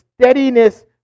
steadiness